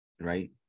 right